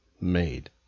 made